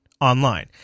online